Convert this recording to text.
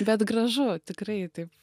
bet gražu tikrai taip